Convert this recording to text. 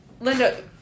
Linda